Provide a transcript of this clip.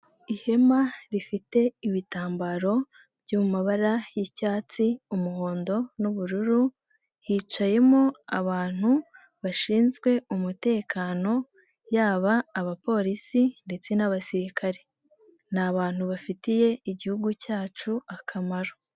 Ihema rifite ibitambaro byo mu mabara y'icyatsi, umuhondo n'ubururu hicayemo abantu bashinzwe umutekano yaba abapolisi ndetse n'abasirikare, ni abantu bafitiye igihugu cyacu akamaro.